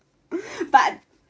but